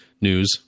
news